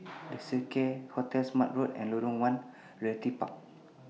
The Seacare Hotel Smart Road and Lorong one Realty Park